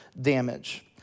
damage